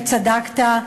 וצדקת,